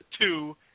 two